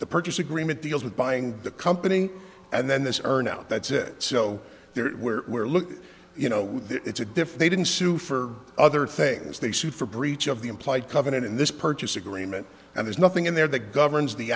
the purchase a green it deals with buying the company and then this earn out that's it so there where where look you know it's a diff they didn't sue for other things they sued for breach of the implied covenant in this purchase agreement and there's nothing in there that governs the